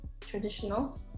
traditional